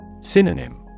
Synonym